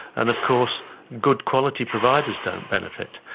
and of course good quality providers don't benefit.